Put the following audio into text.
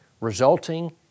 resulting